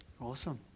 awesome